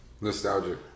Nostalgic